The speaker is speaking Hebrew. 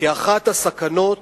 כאחת הסכנות